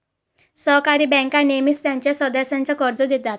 सहकारी बँका नेहमीच त्यांच्या सदस्यांना कर्ज देतात